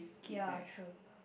ya true